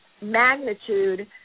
magnitude